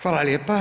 Hvala lijepa.